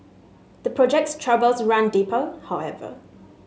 the project's troubles run deeper however